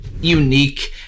unique